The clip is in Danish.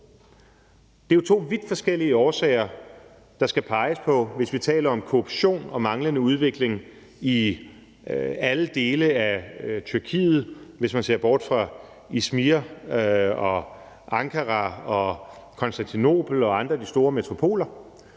Det er jo to vidt forskellige årsager, der skal peges på, hvis vi taler om korruption og manglende udvikling i alle dele af Tyrkiet, hvis man ser bort fra Izmir, Ankara og Konstantinopel og andre af de store metropoler,